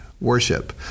worship